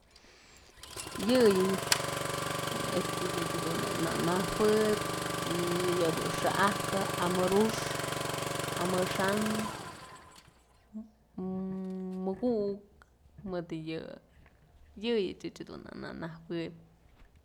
Yëyë ëch dun na nëjuëb yëdun xa'ajpë amuru'ux, amaxa'an, muku'uk mëdë yë, yëyëch ëch dun na najuëb.